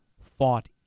fought